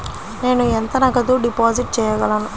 నేను ఎంత నగదు డిపాజిట్ చేయగలను?